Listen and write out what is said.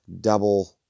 double